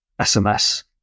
sms